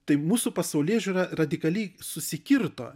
tai mūsų pasaulėžiūra radikaliai susikirto